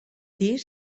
tenien